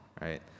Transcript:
right